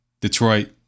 Detroit